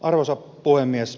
arvoisa puhemies